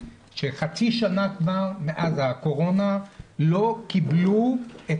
שחצי שנה כבר מאז הקורונה לא קיבלו את